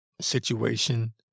situation